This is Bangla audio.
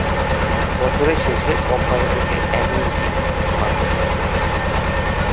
বছরের শেষে কোম্পানি থেকে অ্যানুইটি পায়